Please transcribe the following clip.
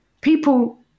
people